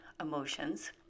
emotions